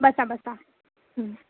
बसा बसा